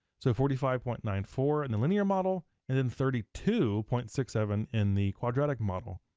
so, forty five point nine four in the linear model, and then thirty two point six seven in the quadratic model.